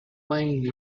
playing